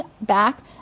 back